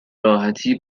راحتی